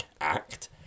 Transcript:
act